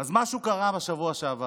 אז משהו קרה בשבוע שעבר.